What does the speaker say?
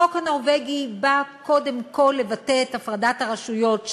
החוק הנורבגי בא קודם כול לבטא את הפרדת הרשויות,